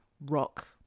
rock